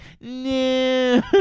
No